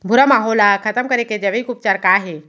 भूरा माहो ला खतम करे के जैविक उपचार का हे?